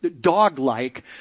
dog-like